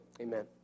Amen